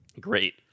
Great